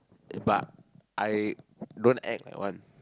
but I don't act like one